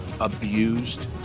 abused